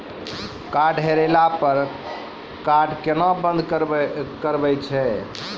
Card हेरैला पर card केना बंद करबै छै?